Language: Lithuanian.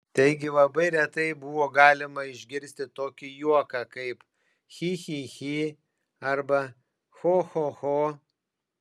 taigi labai retai buvo galima išgirsti tokį juoką kaip chi chi chi arba cho cho cho